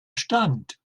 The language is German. stand